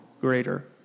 greater